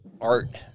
art